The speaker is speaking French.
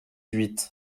huit